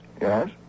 Yes